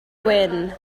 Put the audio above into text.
wyn